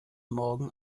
morgen